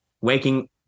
waking –